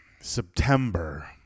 September